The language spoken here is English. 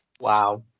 Wow